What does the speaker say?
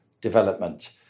development